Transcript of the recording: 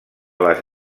les